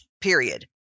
Period